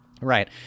Right